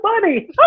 funny